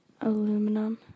Aluminum